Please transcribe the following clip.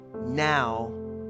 Now